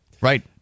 Right